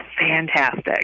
fantastic